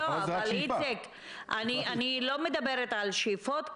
איציק, אני לא מדברת על שאיפות.